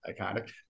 iconic –